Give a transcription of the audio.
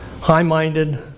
high-minded